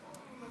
איך?